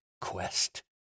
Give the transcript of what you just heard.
quest